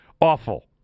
Awful